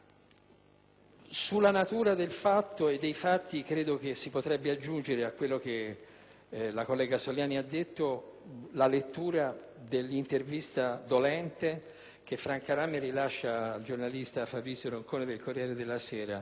Sulla natura dei fatti, credo si potrebbe aggiungere, a quanto la collega Soliani ha detto, la lettura dell'intervista dolente che Franca Rame ha rilasciato oggi al giornalista Fabrizio Roncone del «Corriere della Sera»,